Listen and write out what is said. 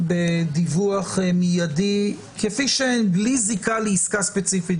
בדיווח מידי כפי שהן בלי זיקה לעסקה ספציפית,